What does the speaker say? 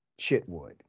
Chitwood